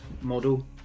model